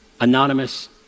Anonymous